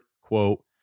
quote